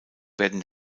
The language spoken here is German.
werden